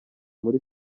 muri